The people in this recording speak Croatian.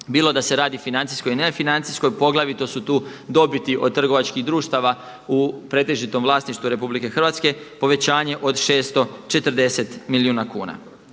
bilo da se radi financijsko i nefinancijskoj, poglavito su tu trgovačkih društava u pretežitom vlasništvu RH, povećanje od 640 milijuna kuna.